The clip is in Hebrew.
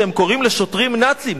שהם קוראים לשוטרים "נאצים".